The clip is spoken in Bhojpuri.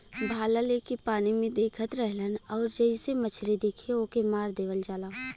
भाला लेके पानी में देखत रहलन आउर जइसे मछरी दिखे ओके मार देवल जाला